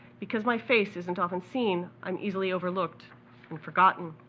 because my face isn't often seen, i'm easily overlooked and forgotten.